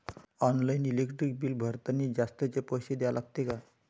Online electric bill भरतानी जास्तचे पैसे द्या लागते का?